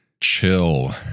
chill